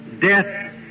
death